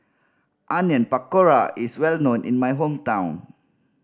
Onion Pakora is well known in my hometown